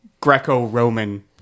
Greco-Roman